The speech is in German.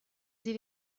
sie